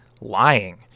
lying